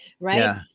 right